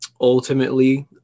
ultimately